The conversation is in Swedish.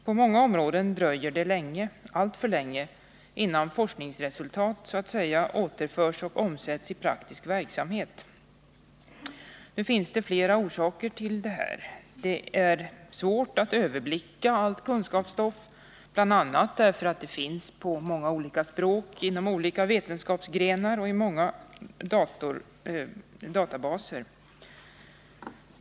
På många områden dröjer det länge, alltför länge, innan forskningsresultat så att säga återförs och omsätts i praktisk verksamhet. Det finns flera orsaker till detta. Det är mycket svårt att överblicka befintligt kunskapsstoff, bl.a. därför att det finns på många språk, inom många vetenskapsgrenar och i många databaser.